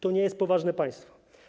To nie jest poważne państwo.